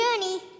journey